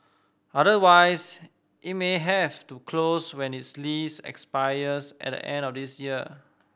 otherwise it may have to close when its lease expires at the end of this year